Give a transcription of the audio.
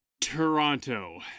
toronto